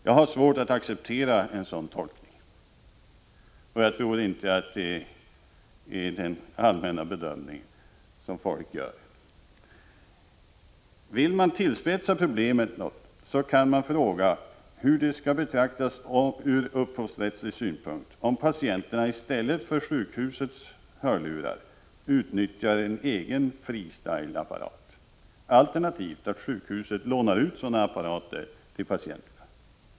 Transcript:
Jag har svårt att acceptera en sådan tolkning. Jag tror inte att detta är en allmän bedömning som folk gör. Vill man tillspetsa problemet något kan man fråga hur det skall betraktas ur upphovsrättslig synpunkt om patienterna i stället för sjukhusets hörlurar utnyttjar en egen freestyle-apparat, alternativt att sjukhuset lånar ut sådana apparater till patienterna.